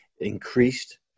increased